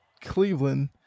Cleveland